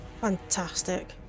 Fantastic